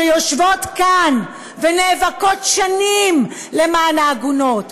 שיושבות כאן ונאבקות שנים למען העגונות,